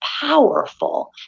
Powerful